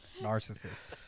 Narcissist